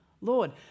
Lord